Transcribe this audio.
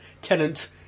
Tenant